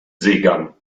seegang